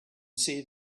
see